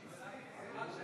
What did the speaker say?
פלאפל.